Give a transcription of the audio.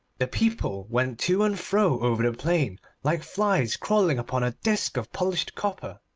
the people went to and fro over the plain like flies crawling upon a disk of polished copper.